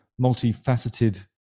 multifaceted